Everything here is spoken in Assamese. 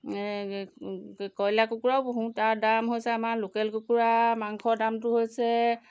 এই কয়লাৰ কুকুৰাও পোহোঁ তাৰ দাম হৈছে আমাৰ লোকেল কুকুৰা মাংসৰ দামটো হৈছে